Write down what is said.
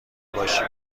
باشی